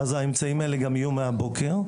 ואז האמצעים האלה יהיו מהבוקר.